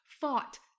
fought